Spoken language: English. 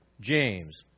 James